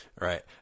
Right